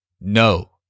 No